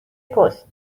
پست